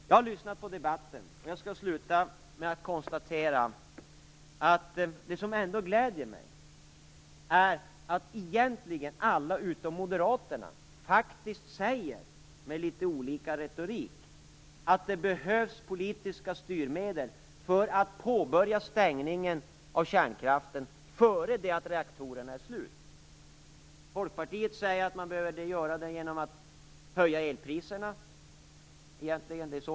Jag har lyssnat till debatten, och jag skall avsluta med att säga att det som gläder mig är att alla utom moderaterna faktiskt säger - men med litet olika retorik - att det behövs politiska styrmedel för att man skall kunna påbörja avstängningen av kärnkraften före det att reaktorerna är slutkörda. Folkpartiet säger att det skall göras genom en höjning av elpriserna.